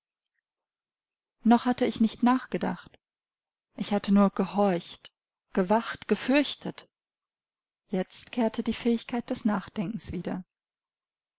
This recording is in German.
noch hatte ich nicht nachgedacht ich hatte nur gehorcht gewacht gefürchtet jetzt kehrte die fähigkeit des nachdenkens wieder